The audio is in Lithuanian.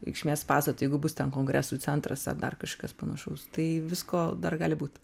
reikšmės pastatu jeigu bus ten kongresų centras ar dar kažkas panašaus tai visko dar gali būt